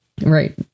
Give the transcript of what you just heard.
Right